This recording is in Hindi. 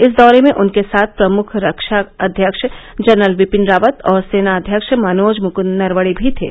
इस दौरे में उनके साथ प्रमुख रक्षा अध्यक्ष जनरल बिपिन रावत और सेना अध्यक्ष मनोज मुकुन्द नरवणे भी थे